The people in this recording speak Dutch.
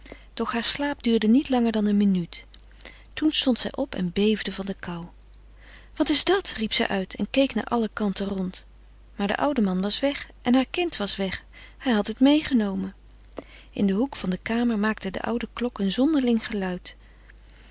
doch haar slaap duurde niet langer dan een minuut toen stond zij op en beefde van de kou wat is dat riep zij uit en keek naar alle kanten rond maar de oude man was weg en haar kind was weg hij had het meegenomen in de hoek van de kamer maakte de oude klok een zonderling geluid